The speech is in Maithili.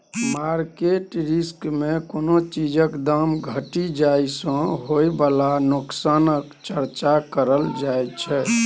मार्केट रिस्क मे कोनो चीजक दाम घटि जाइ सँ होइ बला नोकसानक चर्चा करल जाइ छै